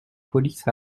police